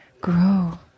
grow